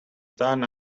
done